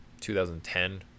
2010